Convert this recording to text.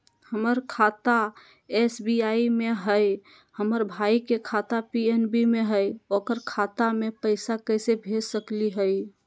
हमर खाता एस.बी.आई में हई, हमर भाई के खाता पी.एन.बी में हई, ओकर खाता में पैसा कैसे भेज सकली हई?